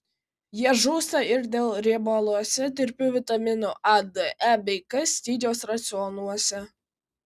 jie žūsta ir dėl riebaluose tirpių vitaminų a d e bei k stygiaus racionuose